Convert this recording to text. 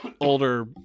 older